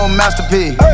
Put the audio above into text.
masterpiece